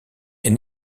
est